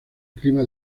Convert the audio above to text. clima